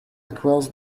across